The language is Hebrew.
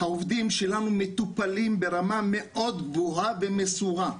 העובדים שלנו מטופלים ברמה מאוד גבוהה ומסורה,